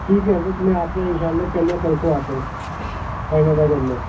ٹھیک ہے سر میں آپ کا ان شاء اللہ کل یا پرسوں آتا ہوں فائن ادا کرنے